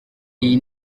iyi